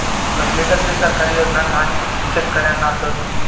कसले कसले सरकारी योजना न्हान शेतकऱ्यांना आसत?